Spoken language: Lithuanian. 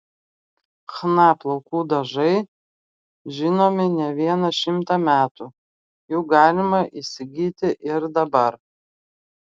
chna plaukų dažai žinomi ne vieną šimtą metų jų galima įsigyti ir dabar